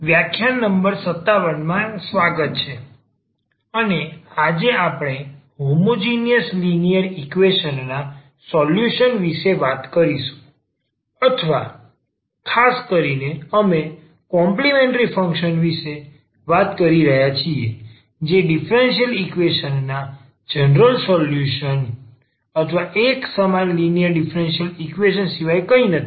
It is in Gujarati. વ્યાખ્યાન નંબર 57 માં સ્વાગત છે અને આજે આપણે હોમોજીનીયસ લિનિયર ઈક્વેશન ના સોલ્યુશન્સ વિશે વાત કરીશું અથવા ખાસ કરીને અમે કોમ્પલિમેન્ટ્રી ફંક્શન વિશે વાત કરી રહ્યા છીએ જે ડીફરન્સીયલ ઈક્વેશન ના જનરલ સોલ્યુશન એકસમાન લિનિયર ડીફરન્સીયલ ઈક્વેશન સિવાય કંઈ નથી